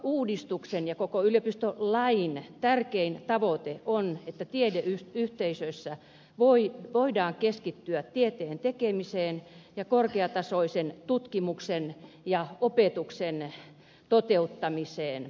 yliopistouudistuksen ja koko yliopistolain tärkein tavoite on että tiedeyhteisöissä voidaan keskittyä tieteen tekemiseen ja korkeatasoisen tutkimuksen ja opetuksen toteuttamiseen